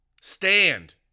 Stand